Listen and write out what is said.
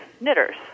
knitters